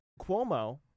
Cuomo